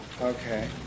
Okay